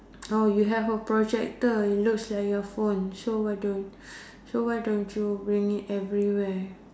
oh you have a projector it looks like your phone so why don't so why don't you bring it everywhere